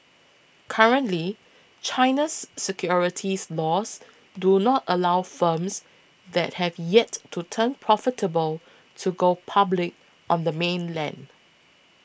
currently China's securities laws do not allow firms that have yet to turn profitable to go public on the mainland